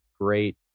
great